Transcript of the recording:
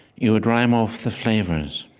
you would rhyme off the flavors.